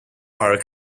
are